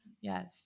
Yes